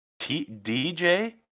DJ